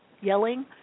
yelling